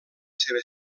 seva